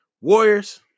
Warriors